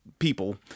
People